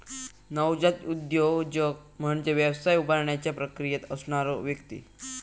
नवजात उद्योजक म्हणजे व्यवसाय उभारण्याच्या प्रक्रियेत असणारो व्यक्ती